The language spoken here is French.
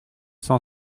cent